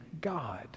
God